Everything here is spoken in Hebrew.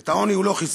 את העוני הוא לא חיסל,